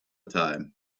time